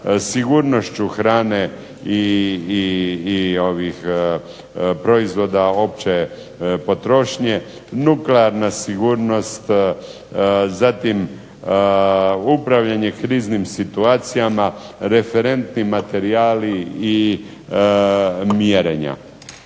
sigurnošću hrane i proizvoda opće potrošnje, nuklearna sigurnost, zatim upravljanje kriznim situacijama, referentni materijali i mjerenja.